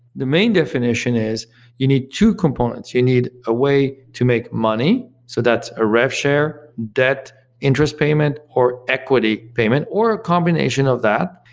the main definition is you need two components you need a way to make money, so that's a rev share, debt interest payment, or equity payment, or combination of that.